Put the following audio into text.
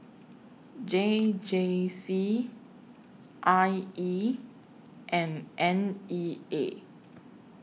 J J C I E and N E A